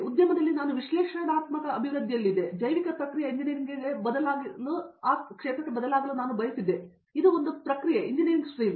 ಉದ್ಯಮದಲ್ಲಿ ನಾನು ವಿಶ್ಲೇಷಣಾತ್ಮಕ ಅಭಿವೃದ್ಧಿಯಲ್ಲಿದ್ದೆ ಜೈವಿಕ ಪ್ರಕ್ರಿಯೆ ಎಂಜಿನಿಯರಿಂಗ್ಗೆ ಬದಲಾಗಲು ನಾನು ಬಯಸಿದ್ದೆ ಇದು ಒಂದು ಪ್ರಕ್ರಿಯೆ ಎಂಜಿನಿಯರಿಂಗ್ ಸ್ಟ್ರೀಮ್